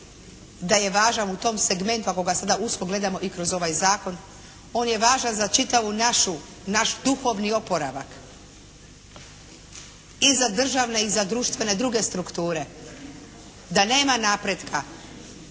da je važan u tom segmentu ako ga sada usko gledamo i kroz ovaj zakon, on je važan za čitav naš duhovni oporavak i za državne i za društvene druge strukture, da nema napretka